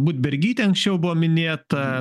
budbergytė anksčiau buvo minėta